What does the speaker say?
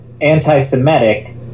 anti-Semitic